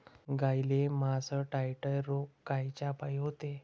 गाईले मासटायटय रोग कायच्यापाई होते?